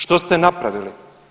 Što ste napravili?